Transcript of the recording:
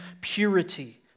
purity